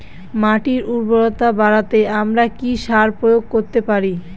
মাটির উর্বরতা বাড়াতে আমরা কি সার প্রয়োগ করতে পারি?